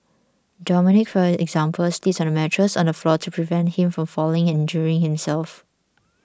Dominic for example sleeps on a mattress on the floor to prevent him from falling and injuring himself